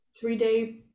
three-day